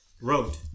wrote